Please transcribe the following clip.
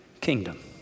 kingdom